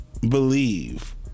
Believe